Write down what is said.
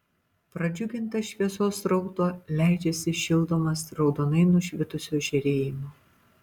pradžiugintas šviesos srauto leidžiasi šildomas raudonai nušvitusio žėrėjimo